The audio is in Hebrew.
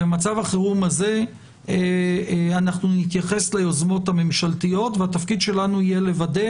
ובמצב החירום הזה אנחנו נתייחס ליוזמות הממשלתיות והתפקיד שלנו יהיה לוודא